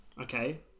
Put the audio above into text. Okay